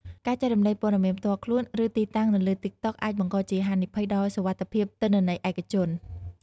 ការចែករំលែកព័ត៌មានផ្ទាល់ខ្លួន ឬទីតាំងនៅលើតិកតុកអាចបង្កជាហានិភ័យដល់សុវត្ថិភាពទិន្នន័យឯកជន។